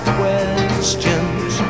questions